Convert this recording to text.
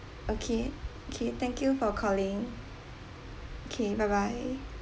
okay okay thank you for calling okay bye bye